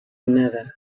another